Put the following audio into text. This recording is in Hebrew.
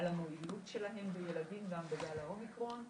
על המועילות שלהם בילדים גם בגל האומיקרון.